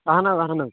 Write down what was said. اَہن حظ اَہن حظ